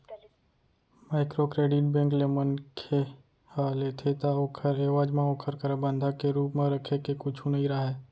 micro credit bank ले मनखे ह लेथे ता ओखर एवज म ओखर करा बंधक के रुप म रखे के कुछु नइ राहय